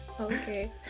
Okay